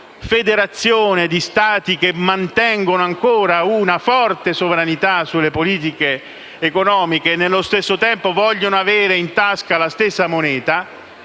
federazione di Stati, che mantengono ancora una forte sovranità sulle politiche economiche e nello stesso tempo vogliono avere in tasca la stessa moneta),